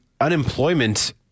unemployment